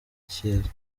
icyiza